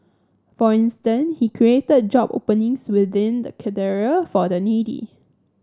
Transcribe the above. for instance he created job openings within the Cathedral for the needy